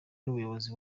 n’ubuyobozi